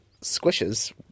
squishes